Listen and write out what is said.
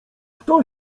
kto